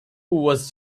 was